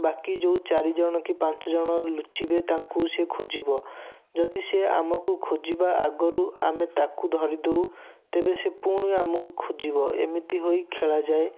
ବାକି ଯେଉଁ ଚାରିଜଣ କି ପାଞ୍ଚଜଣ ଲୁଚିବେ ତାଙ୍କୁ ସେ ଖୋଜିବ ଯଦି ସିଏ ଆମକୁ ଖୋଜିବା ଆଗରୁ ଆମେ ତାକୁ ଧରିଦଉ ତେବେ ସେ ପୁଣି ଆମକୁ ଖୋଜିବ ଏମିତି ହୋଇ ଖେଳାଯାଏ